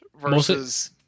versus